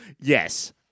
Yes